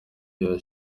ririya